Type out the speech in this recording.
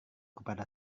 kepada